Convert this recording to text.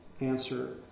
answer